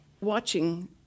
watching